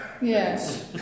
Yes